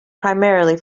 primarily